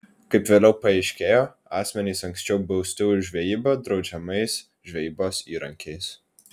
kaip vėliau paaiškėjo asmenys anksčiau bausti už žvejybą draudžiamais žvejybos įrankiais